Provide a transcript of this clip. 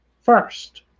first